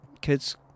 kids